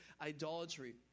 idolatry